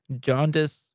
jaundice